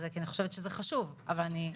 שבפארטו בשמונים אחוז,